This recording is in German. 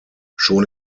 schon